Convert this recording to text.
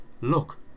Look